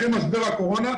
אחרי משבר הקורונה,